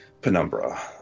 Penumbra